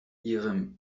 ihrem